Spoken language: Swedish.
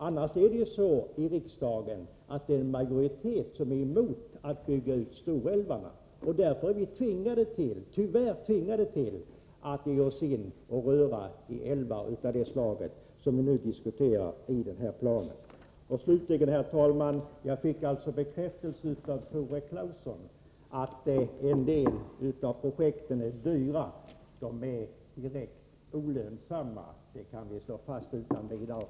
Annars är det ju så i riksdagen att en majoritet är emot att bygga ut storälvarna, och därför är vi tyvärr tvingade att ge oss in och röra i älvar av det slag vi diskuterar i den här planen. Vi fick bekräftelse av Tore Claeson på att en del av projekten är dyra. Ja, de är direkt olönsamma — det kan vi utan vidare slå fast.